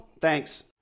Thanks